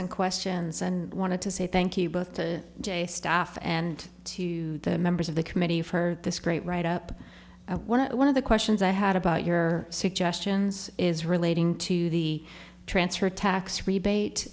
and questions and wanted to say thank you both to jay staff and to the members of the committee for this great write up one of the questions i had about your suggestions is relating to the transfer tax rebate